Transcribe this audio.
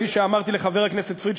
כפי שאמרתי לחבר הכנסת פריג',